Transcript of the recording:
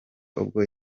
ubwo